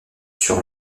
sur